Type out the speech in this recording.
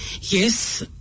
Yes